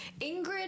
Ingrid